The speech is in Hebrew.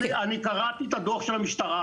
אני קראתי את הדוח של המשטרה,